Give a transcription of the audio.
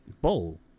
bowl